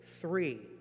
three